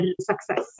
success